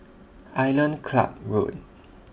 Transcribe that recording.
Island Club Road